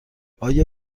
آیا